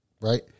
right